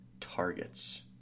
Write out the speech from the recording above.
targets